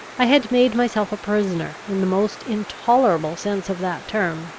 i had made myself a prisoner, in the most intolerable sense of that term,